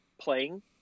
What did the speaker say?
playing